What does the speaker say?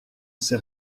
sais